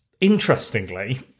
interestingly